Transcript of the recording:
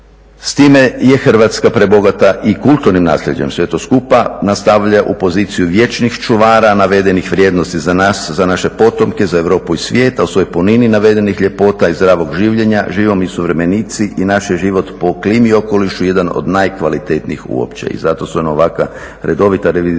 s time je Hrvatska prebogata i kulturnim nasljeđem. Sve to skupa nastavlja u poziciju vječnih čuvara navedenih vrijednosti za naš, za naše potomke, za Europu i svijet, a u svojoj punini navedenih ljepota i zdravog življenja živimo mi suvremenici i naš je život po klimi i okolišu jedan od najkvalitetnijih uopće. I zato su nam ovakva revizijska